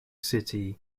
city